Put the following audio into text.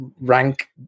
rank